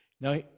now